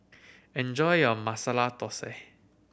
enjoy your Masala Thosai